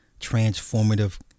transformative